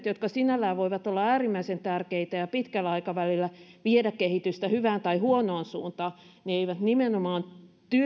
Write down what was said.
jotka sinällään voivat olla äärimmäisen tärkeitä ja pitkällä aikavälillä viedä kehitystä hyvään tai huonoon suuntaan on nimenomaan